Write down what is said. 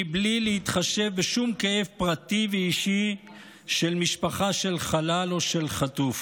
בלי להתחשב בשום כאב פרטי ואישי של משפחה של חלל או של חטוף,